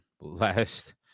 last